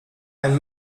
ein